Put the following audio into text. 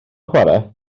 chwarae